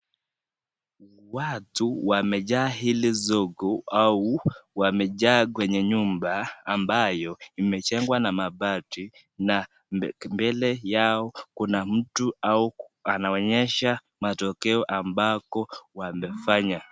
Watu wamejaa hili soko au wamejaa kwenye nyumba, ambayo imejengwa na mabati na mbele yao kuna mtu au anaonyesha matokeo ambako wamefanya.